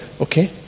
okay